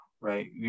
right